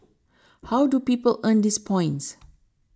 how do people earn these points